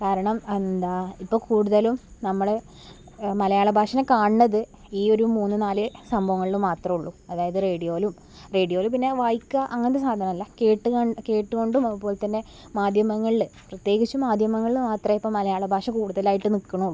കാരണം എന്താണ് ഇപ്പോൾ കൂടുതലും നമ്മൾ മലയാള ഭാഷയെ കാണുന്നത് ഈ ഒരു മൂന്ന് നാല് സംഭവങ്ങളിൽ മാത്രമുള്ളൂ അതായത് റേഡിയോയിലും റേഡിയോയിൽ പിന്നെ വായിക്കുക അങ്ങനത്തെ സാധനമല്ല കേട്ട് കൊണ്ട് കേട്ട് കൊണ്ടും അതുപോലെ തന്നെ മാധ്യമങ്ങളിൽ പ്രത്യേകിച്ചും മാധ്യമങ്ങളിൽ മാത്രമേ ഇപ്പോൾ മലയാള ഭാഷ കൂടുതലായിട്ട് നിൽക്കുന്നുള്ളൂ